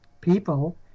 people